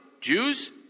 Jews